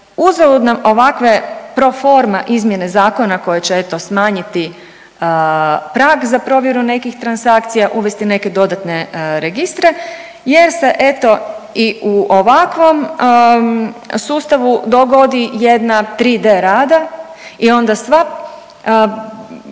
uzalud nam ovakve proforma izmjene zakona koje će eto smanjiti prag za provjeru nekih transakcija i uvesti neke dodatne registre jer se eto i u ovakvom sustavu dogodi jedna 3D Rada i onda sva